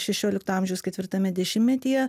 šešiolikto amžiaus ketvirtame dešimtmetyje